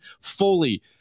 fully